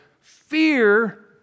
fear